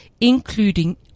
including